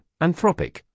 Anthropic